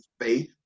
faith